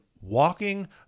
walking